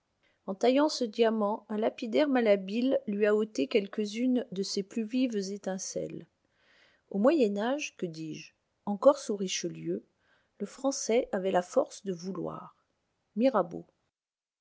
en taillant ce diamant un lapidaire malhabile lui a ôté quelques-unes de ses plus vives étincelles au moyen âge que dis-je encore sous richelieu le français avait la force de vouloir mirabeau